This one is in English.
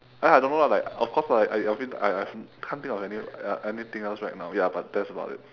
ah I don't know lah like of course not I mean I I can't think of any~ uh anything else right now ya but that's about it